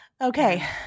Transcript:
Okay